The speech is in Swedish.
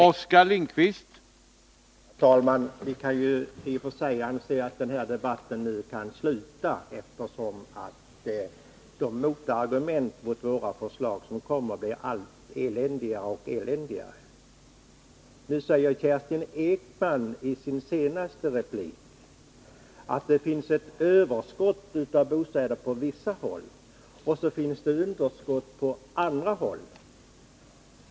Herr talman! Vi kan i och för sig avsluta den här debatten nu, eftersom motargumenten mot våra förslag blir allt eländigare. Kerstin Ekman säger i sin senaste replik att det finns ett överskott av bostäder på vissa håll och att det finns underskott på andra håll.